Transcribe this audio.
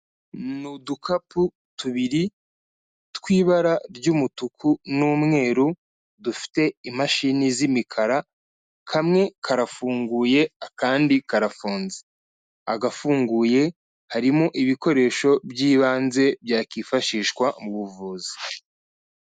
Ni udukapu tubiri tw'ibara ry'umutuku n'umweru dufite imashini z'imikara, kamwe karafunguye akandi karafunze, agafunguye harimo ibikoresho by'ibanze byakifashishwa mu buvuzi.